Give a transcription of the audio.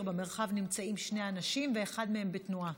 במרחב נמצאים שני אנשים ואחד מהם בתנועה.